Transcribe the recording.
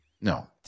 No